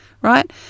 right